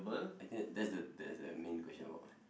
I think that's the that's the main question about what